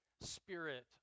spirit